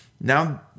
now